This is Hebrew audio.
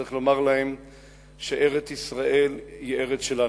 צריך לומר להם שארץ-ישראל היא ארץ שלנו.